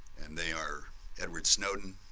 and they are edward snowden,